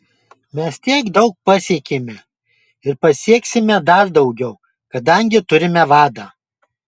mes tiek daug pasiekėme ir pasieksime dar daugiau kadangi turime vadą